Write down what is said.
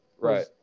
Right